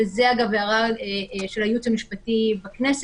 וזו אגב הערה של הייעוץ המשפטי בכנסת,